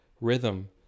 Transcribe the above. rhythm